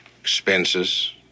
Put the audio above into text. expenses